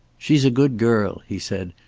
she's a good girl, he said.